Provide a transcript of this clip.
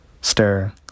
Stir